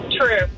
true